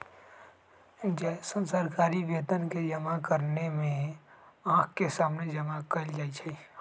जैसन सरकारी वेतन के जमा करने में आँख के सामने जमा कइल जाहई